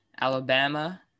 alabama